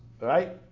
right